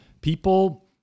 people